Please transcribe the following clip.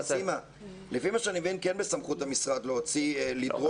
לפי מה שאני מבין כן בסמכות המשרד לדרוש